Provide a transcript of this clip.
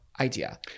idea